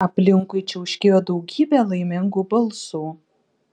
aplinkui čiauškėjo daugybė laimingų balsų